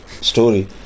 story